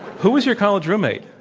who was your college roommate?